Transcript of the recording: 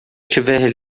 tiver